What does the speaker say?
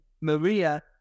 Maria